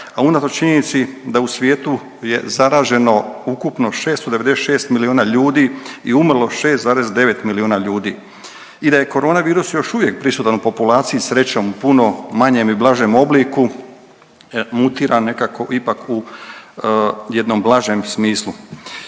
a unatoč činjenici da u svijetu je zaraženo ukupno 696 milijuna ljudi i umrlo 6,9 milijuna ljudi i da je koronavirus još uvijek prisutan u populaciji, srećom u puno manjem i blažem obliku, mutira nekako ipak u jednom blažem smislu.